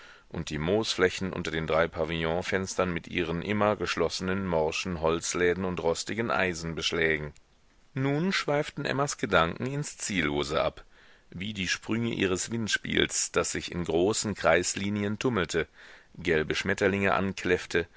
und die moosflächen unter den drei pavillonfenstern mit ihren immer geschlossenen morschen holzläden und rostigen eisenbeschlägen nun schweiften emmas gedanken ins ziellose ab wie die sprünge ihres windspiels das sich in großen kreislinien tummelte gelbe schmetterlinge ankläffte